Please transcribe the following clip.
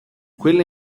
quelle